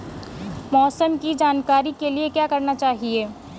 मौसम की जानकारी के लिए क्या करना चाहिए?